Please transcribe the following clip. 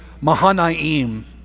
Mahanaim